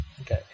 Okay